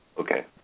Okay